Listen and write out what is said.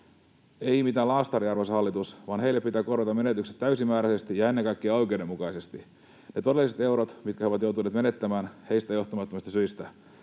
ei mitään laastaria, arvoisa hallitus, vaan heille pitää korvata menetykset täysimääräisesti ja ennen kaikkea oikeudenmukaisesti, ne todelliset eurot, mitkä he ovat joutuneet menettämään heistä johtumattomista syistä.